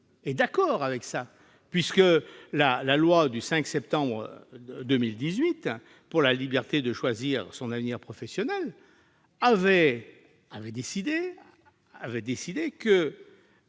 est d'accord. En effet, la loi du 5 septembre 2018 pour la liberté de choisir son avenir professionnel avait prévu